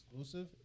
exclusive